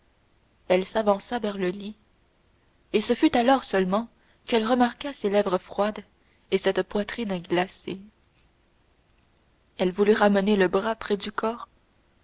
elle s'avança vers le lit et ce fut alors seulement qu'elle remarqua ces lèvres froides et cette poitrine glacée elle voulut ramener le bras près du corps